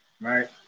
Right